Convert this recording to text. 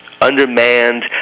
undermanned